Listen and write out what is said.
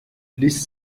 please